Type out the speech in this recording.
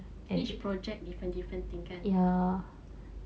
each project different different thing